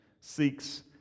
seeks